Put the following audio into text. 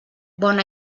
bon